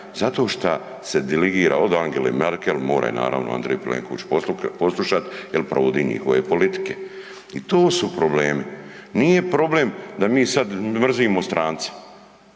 zato šta se deligira od Angele Merkel, mora naravno Andrej Plenković poslušat jel provodi njihove politike i tu su problemi. Nije problem da mi sad mrzimo strance.